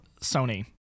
Sony